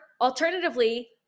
alternatively